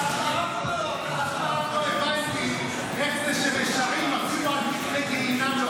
אף פעם לא הבנתי איך זה שרשעים אפילו על פתחי גיהינום לא